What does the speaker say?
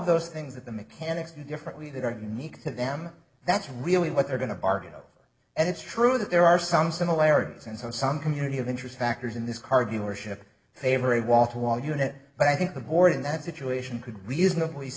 of those things that the mechanics differently that are unique to them that's really what they're going to target and it's true that there are some similarities and so some community of interest factors in this car dealership every wall to wall unit but i think the board in that situation could reasonably